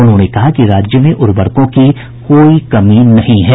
उन्होंने कहा कि राज्य में उर्वरकों की कोई कमी नहीं है